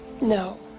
No